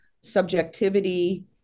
subjectivity